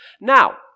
Now